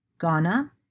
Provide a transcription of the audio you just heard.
Ghana